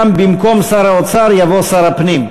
גם במקום "שר האוצר" יבוא "שר הפנים".